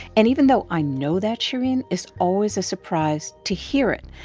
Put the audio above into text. and even though i know that, shereen, it's always a surprise to hear it.